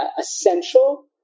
essential